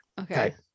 Okay